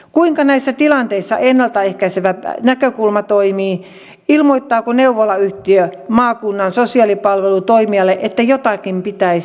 kuinka näissä tilanteissa ennalta ehkäisevä näkökulma toimii ilmoittaako neuvolayhtiö maakunnan sosiaalipalvelun toimijalle että jotakin pitäisi tehdä